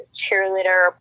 cheerleader